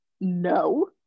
no